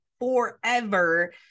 forever